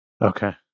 Okay